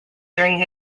during